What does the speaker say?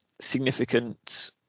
significant